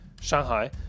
Shanghai